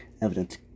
evidence